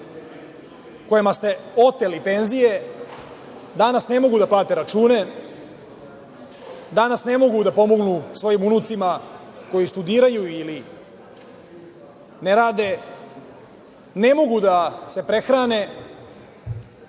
kojima ste oteli penzije danas ne mogu da plate račune, danas ne mogu da pomognu svojim unucima koji studiraju, koji ne rade, ne mogu da se prehrane.